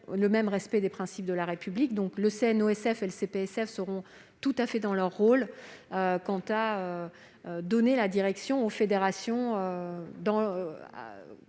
le même respect des principes de la République. Le CNOSF et le CPSF seront donc tout à fait dans leur rôle en indiquant la direction aux fédérations